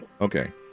Okay